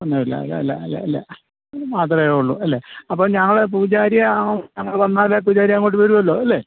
ഒന്നുമില്ല അല്ല അല്ല അല്ല ഇല്ല അത്രേയേയുള്ളു അല്ലേ അപ്പം ഞങ്ങൾ പൂജാരിയെ ആ ഞങ്ങൾ വന്നാൽ പൂജാരി അങ്ങോട്ട് വരുമല്ലോ ഇല്ലേ